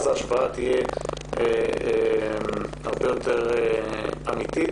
אז ההשוואה תהיה הרבה יותר אמיתית.